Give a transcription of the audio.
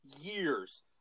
years